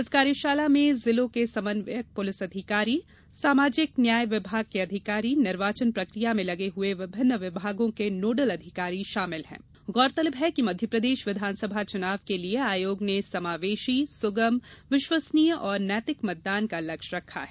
इस कार्यशाला में जिलों के समन्वयक पुलिस अधिकारी सामाजिक न्याय विभाग के अधिकारी निर्वाचन प्रक्रिया में लगे हुये विभिन्न विभागों के नोडल अधिकारी शामिल है गौरतलब है कि मध्यप्रदेश विधानसभा चुनाव के लिये आयोग ने समावेशी सुगम विश्वसनीय एवं नैतिक मतदान का लक्ष्य रखा है